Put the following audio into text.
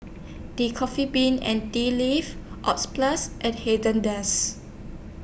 The Coffee Bean and Tea Leaf Oxyplus and Haagen Dazs